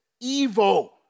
evil